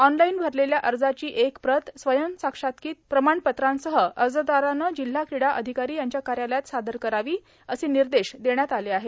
online भरलेल्या अजाची एक प्रत स्वयंसाक्षांकांत प्रमाणपत्रांसह अजदाराने जिल्हा क्रीडा र्आधकारो यांच्या कायालयात सादर करावी असे र्मिनदश देण्यात आले आहेत